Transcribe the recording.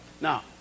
Now